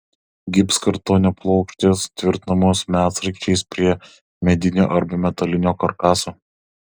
gipskartonio plokštės tvirtinamos medsraigčiais prie medinio arba metalinio karkaso